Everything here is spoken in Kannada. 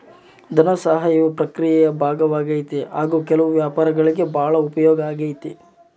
ಧನಸಹಾಯವು ಪ್ರಕ್ರಿಯೆಯ ಭಾಗವಾಗೈತಿ ಹಾಗು ಕೆಲವು ವ್ಯವಹಾರಗುಳ್ಗೆ ಭಾಳ ಉಪಯೋಗ ಆಗೈತೆ